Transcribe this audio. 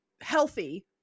healthy